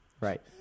Right